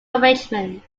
arrangement